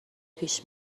پیش